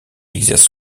exerce